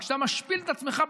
וכשאתה משפיל את עצמך,